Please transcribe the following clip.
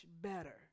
better